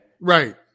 Right